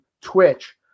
Twitch